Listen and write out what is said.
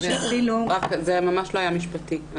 ממש לא היה משפטי.